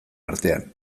artean